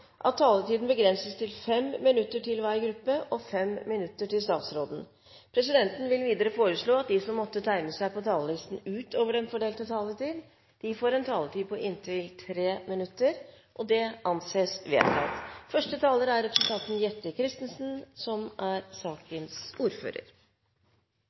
at taletiden begrenses til 5 minutter til hver gruppe og 5 minutter til statsråden. Videre vil presidenten foreslå at de som måtte tegne seg på talerlisten utover den fordelte taletid, får en taletid på inntil 3 minutter. – Det anses vedtatt. All overvåkning som